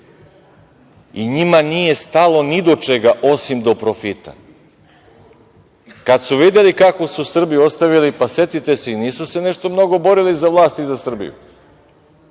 I njima nije stalo ni do čega osim do profita. Kad su videli kakvu su Srbiju ostavili, setite se, i nisu se nešto mnogo borili za vlast i za Srbiju.